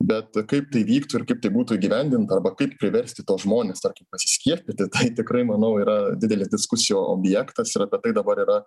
bet kaip tai vyktų ir kaip tai būtų įgyvendinta arba kaip priversti tuos žmones tarkim pasiskiepyti tai tikrai manau yra didelis diskusijų objektas ir apie tai dabar yra